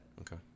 Okay